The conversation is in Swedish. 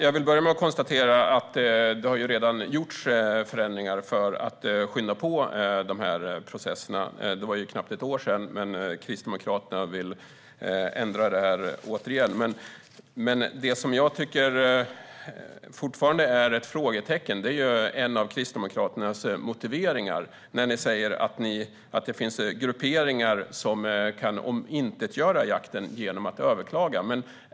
Herr talman! För knappt ett år sedan gjordes förändringar för att skynda på dessa processer, men nu vill Kristdemokraterna ändra på det igen. Det som fortfarande är ett frågetecken är en av Kristdemokraternas motiveringar. Ni säger att det finns grupperingar som kan omintetgöra jakten genom att överklaga.